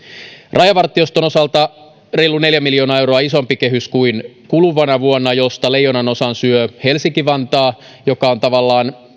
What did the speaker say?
rajavartioston osalta on reilu neljä miljoonaa euroa isompi kehys kuin kuluvana vuonna ja siitä leijonanosan syö helsinki vantaa joka on tavallaan